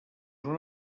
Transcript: una